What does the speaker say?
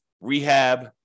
rehab